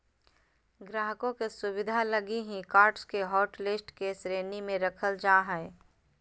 ग्राहकों के सुविधा लगी ही कार्ड्स के हाटलिस्ट के श्रेणी में रखल जा हइ